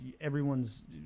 everyone's